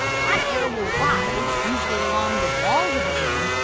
hot air will rise, usually along the walls of a room,